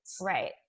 Right